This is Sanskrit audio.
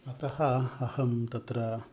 अतः अहं तत्र